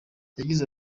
yagize